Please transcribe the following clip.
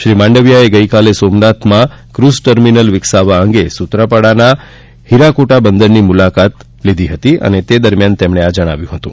શ્રી માંડવિયાએ ગઈકાલે સોમનાથમાં ક્રૂઝ ટર્મિનલ વિકસાવવા અંગે સૂત્રાપાડાના હિરાકોટા બંદરની મુલાકાત દરમિયાન લીધી હતી ત્યારે આ મુજબ જણાવ્યું હતું